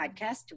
podcast